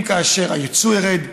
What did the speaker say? אם היצוא ירד,